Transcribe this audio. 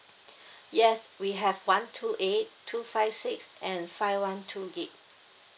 yes we have one two eight two five six and five one two gig